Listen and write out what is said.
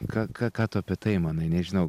ką ką ką tu apie tai manai nežinau